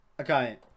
Okay